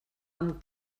amb